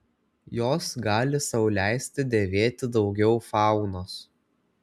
jos gali sau leisti dėvėti daugiau faunos